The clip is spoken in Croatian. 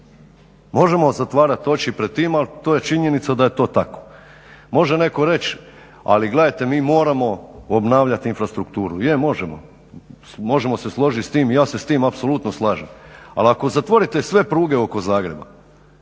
Možemo zatvarati oči pred tim, ali to je činjenica da je to tako. Može netko reći, ali gledajte mi moramo obnavljati infrastrukturu. Je, možemo. Možemo se složiti s tim i ja se s tim apsolutno slažem. Ali ako zatvorite sve pruge oko Zagreba